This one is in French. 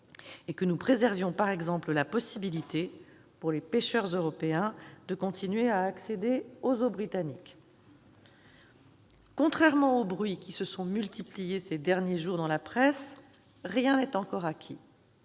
et que nous préservions, par exemple, la possibilité pour les pêcheurs européens de continuer à accéder aux eaux britanniques. Contrairement aux bruits qui se sont multipliés ces derniers jours dans la presse, rien n'est encore acquis.